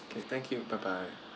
okay thank you bye bye